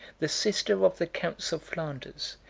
the sister of the counts of flanders,